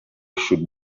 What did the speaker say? should